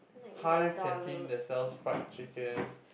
hive canteen that sells fried chicken